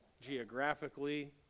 geographically